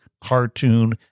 cartoon